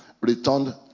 returned